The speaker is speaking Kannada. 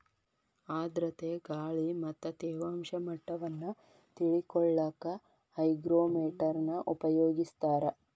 ಆರ್ಧ್ರತೆ ಗಾಳಿ ಮತ್ತ ತೇವಾಂಶ ಮಟ್ಟವನ್ನ ತಿಳಿಕೊಳ್ಳಕ್ಕ ಹೈಗ್ರೋಮೇಟರ್ ನ ಉಪಯೋಗಿಸ್ತಾರ